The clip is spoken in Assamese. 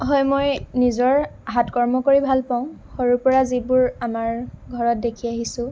হয় মই নিজৰ হাত কৰ্ম কৰি ভাল পাওঁ সৰুৰ পৰা যিবোৰ আমাৰ ঘৰত দেখি আহিছোঁ